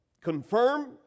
confirm